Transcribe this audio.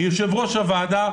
מיושב-ראש הוועדה,